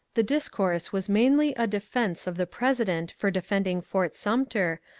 the discourse was mainly a defence of the president for defending fort sumter,